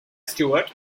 stewart